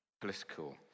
political